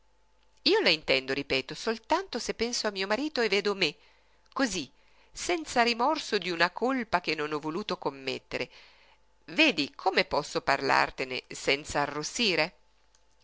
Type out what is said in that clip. io la intendo ripeto soltanto se penso a mio marito e vedo me cosí senza rimorso d'una colpa che non ho voluto commettere vedi come posso parlartene senza arrossire